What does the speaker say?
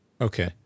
Okay